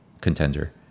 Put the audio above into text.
contender